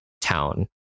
town